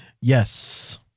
Yes